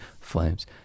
flames